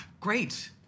Great